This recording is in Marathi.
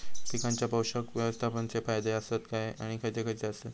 पीकांच्या पोषक व्यवस्थापन चे फायदे आसत काय आणि खैयचे खैयचे आसत?